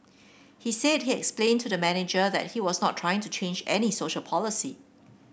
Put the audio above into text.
he said he explained to the manager that he was not trying to change any social policy